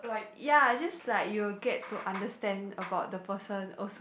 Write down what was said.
ya just like you will get to understand about the person also